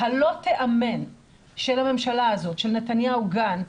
הלא תיאמן של הממשלה הזאת, של נתניהו-גנץ,